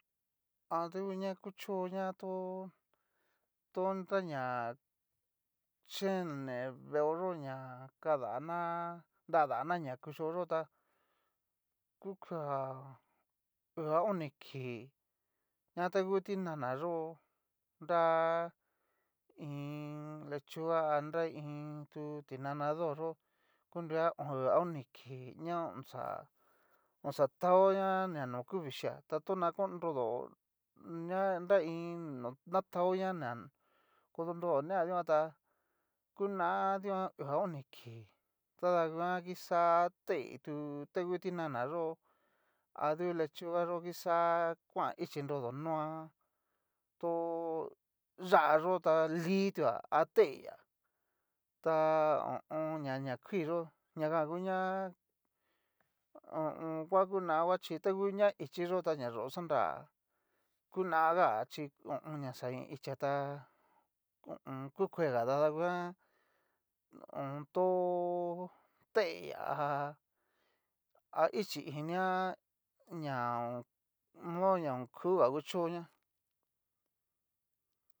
A dukuña kucho to ña tó tonraña yen ne veoyo ña kadana nradana ña yuchó yo ta kukuea, uu a oni kii ña ngu ti nana yo'o, a iin lechuga a nra iin tu tinanado yó kurea uu a oni kii na oxa oaxataña ña no ku vichia to no konrodo ya iin no na taoña na kodonrodo nea dikan tá, kuna dikan uu a oni kii tada nguan kixa teitu ta ngu tinana yó'o adu lechuga yo kixá, kuan ichí nrodo noa. tó yá'a yo ta li. tua a teilla ta ho o on. ña na kuii yó ñajan nguña ho o on. ngua kunaba chí ta ngu ña ichi yó ta na yó xanra kunaga chi ho o on. na xa ni ichá tá ho o on. ku kuega dada nguan mmm. to teilla a ichí inia ña modo na okuga kuchónña.